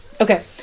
Okay